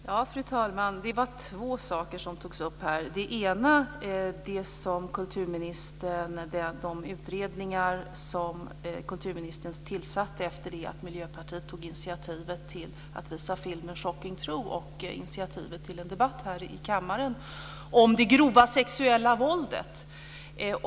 Fru talman! Det var två saker som togs upp här. Den ena handlade om de utredningar som kulturministern tillsatte efter det att Miljöpartiet tog initiativet till att visa filmen Shocking truth och initiativet till en debatt här i kammaren om det grova sexuella våldet.